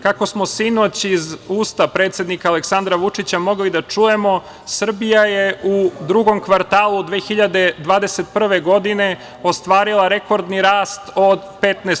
Kako smo sinoć iz usta predsednika Aleksandra Vučića mogli da čujemo Srbija je u drugom kvartalu 2021. godine ostvarila rekordni rast od 15%